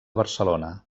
barcelona